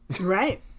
Right